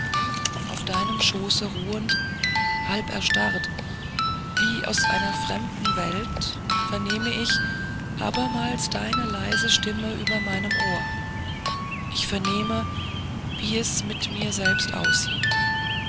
auf deinem schoße ruhend halb erstarrt wie aus einer fremden welt vernehm ich abermals deine leise stimme über meinem ohr ich vernehme wie es mit mir selbst aussieht